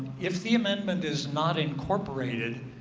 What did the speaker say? if the amendment is not incorporated,